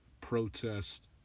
protest